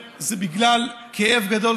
אבל הסיבה שעליתי לכאן לדבר היא כאב גדול